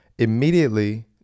Immediately